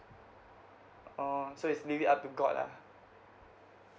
orh so is leave it up to god lah